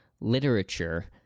literature